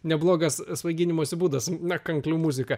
neblogas svaiginimosi būdas na kanklių muzika